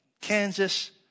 Kansas